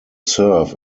serve